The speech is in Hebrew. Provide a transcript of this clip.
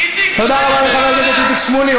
לא רוצה, איציק, תודה רבה לחבר הכנסת איציק שמולי.